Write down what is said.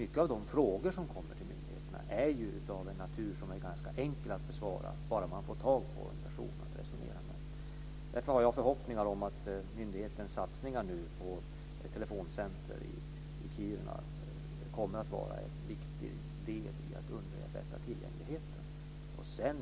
Många av de frågor som kommer till myndigheten är av den naturen att de är enkla att besvara bara man får tag på en person att resonera med. Därför har jag förhoppningar om att myndighetens satsningar på ett telefoncenter i Kiruna nu kommer att vara en viktig del i att underlätta tillgängligheten.